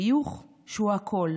חיוך שהוא הכול